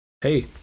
Hey